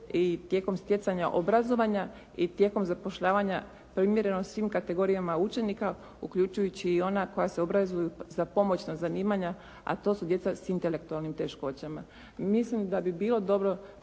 i tijekom stjecanja obrazovanja i tijekom zapošljavanja primjereno svim kategorijama učenika uključujući i ona koja se obrazuju za pomoćna zanimanja a to su djeca s intelektualnim teškoćama. Mislim da bi bilo dobro